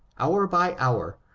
hour by hour,